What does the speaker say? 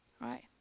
Right